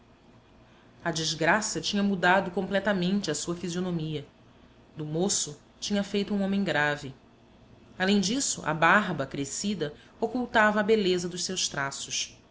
a desgraça tinha mudado completamente a sua fisionomia do moço tinha feito um homem grave além disso a barba crescida ocultava a beleza dos seus traços